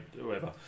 whoever